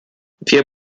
wir